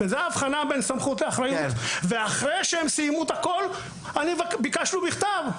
וזו ההבחנה בין סמכות לבין אחריות אנחנו ביקשנו מכתב,